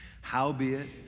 Howbeit